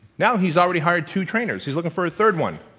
now he's already hired two trainers, he's looking for ah third one.